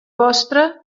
vostre